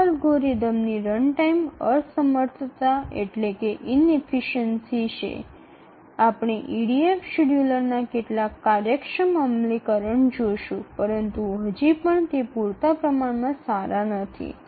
આ અલ્ગોરિધમની રનટાઈમ અસમર્થતા છે આપણે ઇડીએફ શેડ્યુલરના કેટલાક કાર્યક્ષમ અમલીકરણ જોશું પરંતુ હજી પણ તે પૂરતા પ્રમાણમાં સારા નથી